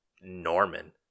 Norman